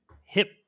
hip